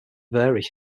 vary